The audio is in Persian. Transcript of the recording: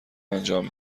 انجام